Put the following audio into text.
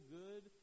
good